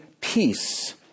peace